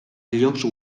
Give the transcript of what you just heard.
llocs